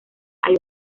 hay